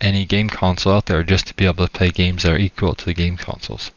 any game console out there, just to be able to play games, or equal to the game consoles.